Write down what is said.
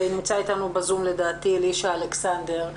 ונמצא אתנו בזום, לדעתי, אלישע אלכסנדר.